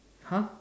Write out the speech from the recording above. !huh!